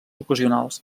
ocasionals